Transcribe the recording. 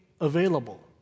available